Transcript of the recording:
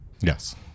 Yes